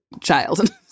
child